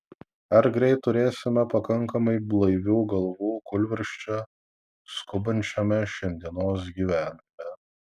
ar greit turėsime pakankamai blaivių galvų kūlvirsčia skubančiame šiandienos gyvenime